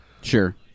sure